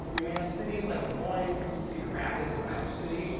i mean we have cities like des moines, cedar rapids and iowa city.